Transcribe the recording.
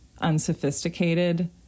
unsophisticated